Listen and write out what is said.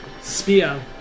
Spear